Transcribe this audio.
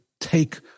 take